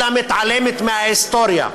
אלא התעלמה מההיסטוריה.